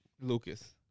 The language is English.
Lucas